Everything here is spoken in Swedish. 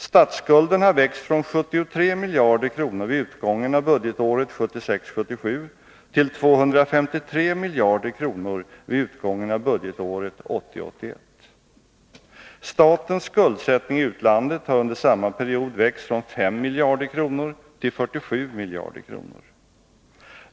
Statsskulden har växt från 73 miljarder kronor vid utgången av budgetåret 1976 81. Statens skuldsättning i utlandet har under samma period växt från 5 miljarder kronor till 47 miljarder kronor.